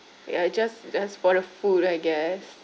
ya just just for the food I guess